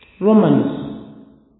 Romans